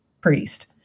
priest